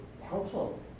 helpful